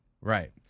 Right